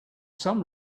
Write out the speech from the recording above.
some